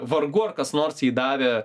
vargu ar kas nors jai davė